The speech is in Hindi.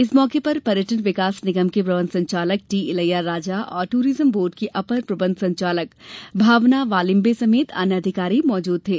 इस मौके पर पर्यटन विकास निगम के प्रबंध संचालक टी इलैया राजा और ट्ररिज्म बोर्ड की अपर प्रबंध संचालक भावना वालिम्बे समेत अन्य अधिकारी मौजूद थे